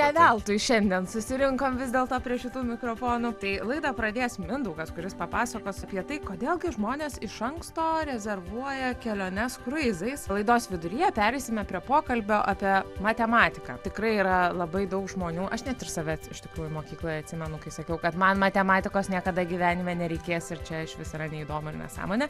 neveltui šiandien susirinkom vis dėlto prie šitų mikrofonų tai laidą pradės mindaugas kuris papasakos apie tai kodėl žmonės iš anksto rezervuoja keliones kruizais laidos viduryje pereisime prie pokalbio apie matematiką tikrai yra labai daug žmonių aš net ir savęs iš tikrųjų mokykloje atsimenu kai sakiau kad man matematikos niekada gyvenime nereikės ir čia išvis yra neįdomu ir nesąmonė